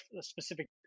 specific